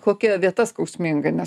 kokia vieta skausminga nes